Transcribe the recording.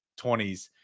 20s